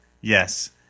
Yes